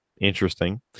Interesting